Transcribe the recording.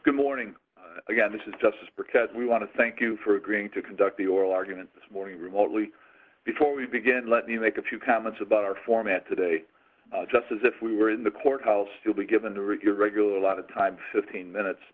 good morning again this is just because we want to thank you for agreeing to conduct the oral argument this morning remotely before we begin let me make a few comments about our format today just as if we were in the courthouse you'll be given to your regular a lot of time fifteen minutes